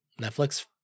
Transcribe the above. Netflix